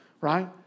right